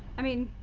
i mean